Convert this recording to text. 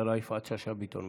השרה יפעת שאשא ביטון,